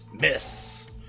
Miss